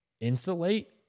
insulate